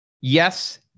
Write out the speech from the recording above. Yes